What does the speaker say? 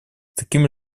такими